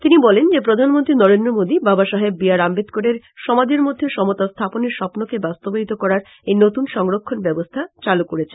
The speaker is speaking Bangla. তিনি বলেন যে প্রধানমন্ত্রী নরেন্দ্র মোদী বাবা সাহেব বি আর আম্বেদকরের সমাজের মধ্যে সমতা স্থাপনের স্বপ্নকে বাস্তবায়িত করার এই নত়ন সংরক্ষণ ব্যবস্থা চালু করেছেন